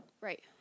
Right